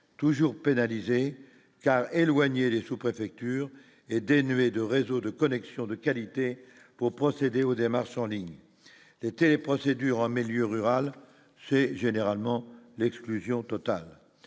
toujours pénalisés car éloigné les sous-préfectures et dénuée de réseaux de connexions de qualité pour procéder aux démarches en ligne étaient les procédures en milieu rural, c'est généralement l'exclusion totale,